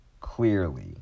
Clearly